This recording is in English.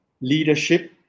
leadership